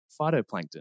phytoplankton